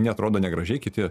neatrodo negražiai kiti